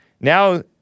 Now